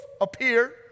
appear